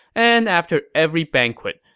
and after every banquet,